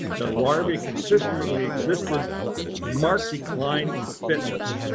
the larvae consistently exhibited marked decline in fitness.